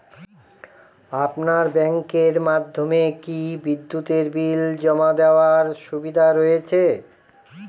আপনার ব্যাংকের মাধ্যমে কি বিদ্যুতের বিল জমা দেওয়ার সুবিধা রয়েছে?